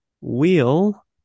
wheel